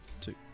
two